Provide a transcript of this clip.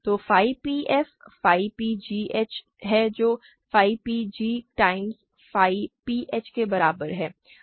तो phi p f phi p g h है जो phi p g times phi p h के बराबर है